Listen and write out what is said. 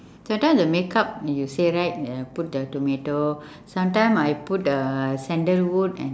just now the makeup you say right uh put the tomato sometime I put the sandalwood and